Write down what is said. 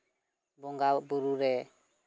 ᱵᱚᱸᱜᱟ ᱵᱩᱨᱩ ᱨᱮ